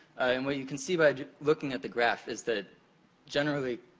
and what you can see by looking at the graph is that generally,